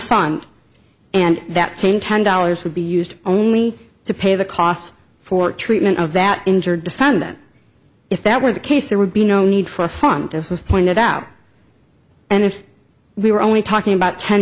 front and that same ten dollars would be used only to pay the costs for treatment of that injured defendant if that were the case there would be no need for a font as was pointed out and if we were only talking about ten